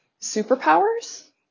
Superpowers